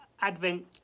Advent